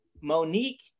monique